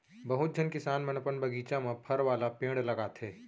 बहुत झन किसान मन अपन बगीचा म फर वाला पेड़ लगाथें